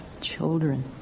children